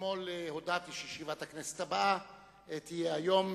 הודעתי שישיבת הכנסת הבאה תהיה היום,